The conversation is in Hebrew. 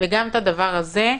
וגם את הדבר הזה,